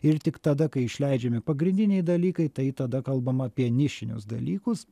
ir tik tada kai išleidžiami pagrindiniai dalykai tai tada kalbam apie nišinius dalykus